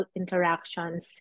interactions